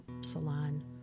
salon